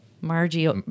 Margie